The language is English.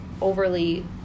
overly